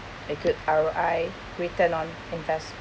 a good R_O_I return on investment